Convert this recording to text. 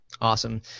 Awesome